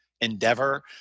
endeavor